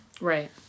Right